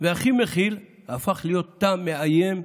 והכי מכיל, הפך להיות תא מאיים,